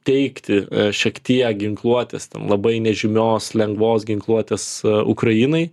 teikti šiek tiek ginkluotės ten labai nežymios lengvos ginkluotės ukrainai